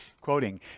Quoting